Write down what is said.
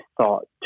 thought